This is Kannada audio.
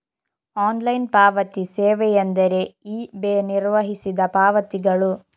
ಆನ್ಲೈನ್ ಪಾವತಿ ಸೇವೆಯೆಂದರೆ ಇ.ಬೆ ನಿರ್ವಹಿಸಿದ ಪಾವತಿಗಳು